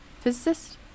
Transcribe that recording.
physicist